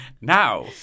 Now